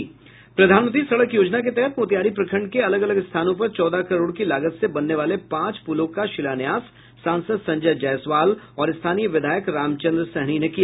प्रधानमंत्री सड़क योजना के तहत मोतिहारी प्रखंड के अलग अलग स्थानों पर चौदह करोड़ की लागत से बनने वाले पांच पुलों का शिलान्यास सांसद संजय जयसवाल और स्थानीय विधायक रामचंद्र सहनी ने किया